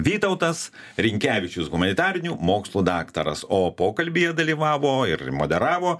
vytautas rinkevičius humanitarinių mokslų daktaras o pokalbyje dalyvavo ir moderavo